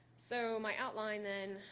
so my outline, then,